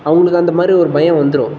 அவங்களுக்கு அந்த மாதிரி ஒரு பயம் வந்துடும்